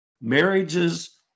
marriages